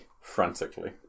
frantically